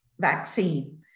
vaccine